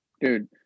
Dude